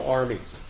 armies